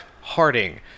Harding